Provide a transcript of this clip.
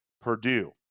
Purdue